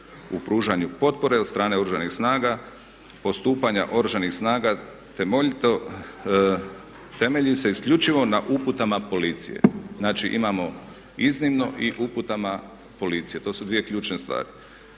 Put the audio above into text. U pružanju potpore od strane Oružanih snaga, postupanja Oružanih snaga temelji se isključivo na uputama policije. Znači, imamo iznimno i uputama policije. To su dvije ključne stvari.